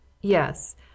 Yes